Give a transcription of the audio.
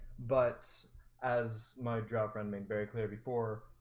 but as my job friend made very clear before